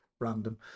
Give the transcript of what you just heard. random